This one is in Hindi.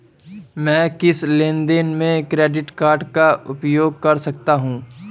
मैं किस लेनदेन में क्रेडिट कार्ड का उपयोग कर सकता हूं?